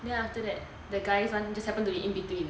then after that the guys [one] just happen to be in between